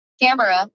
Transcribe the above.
camera